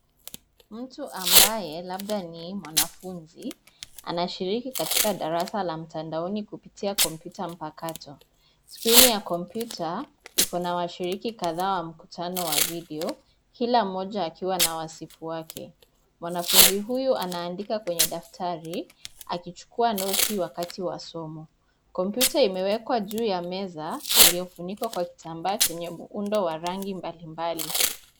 Mtu ambaye labda ni mwanafunzi anashiriki katika darasa la mtandaoni kupitia kompyuta mpakato. Skrini ya kompyuta iko na washiriki kadhaa wa mkutano wa video , kila mmoja akiwa na wasifu wake. Mwanafunzi huyu anaandika kwenye daftari akichukua noti wakati wa masomo. Kompyuta imewekwa juu ya meza iliyofunikwa kwa kitambaa chenye muundo wa rangi mbali mbali.